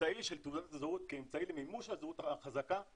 האמצעי של תעודת הזהות כאמצעי למימוש הזהות החזקה,